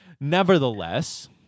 Nevertheless